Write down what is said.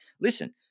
listen